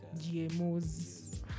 GMOs